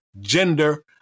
gender